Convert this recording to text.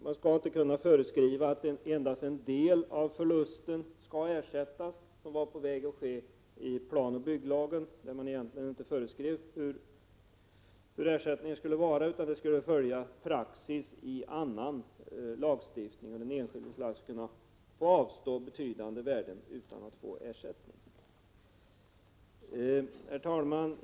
Man skall inte kunna föreskriva att endast en del av förlusten skall ersättas, något som var på väg att ske i planoch bygglagen, när man inte föreskrev hur ersättning skulle utgå utan menade att man skulle följa praxis i annan lagstiftning. Den enskilde skulle alltså kunna få avstå betydande värden utan ersättning. Herr talman!